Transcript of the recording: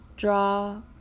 draw